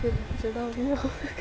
फिर जेह्ड़ा